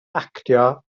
actio